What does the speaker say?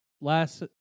last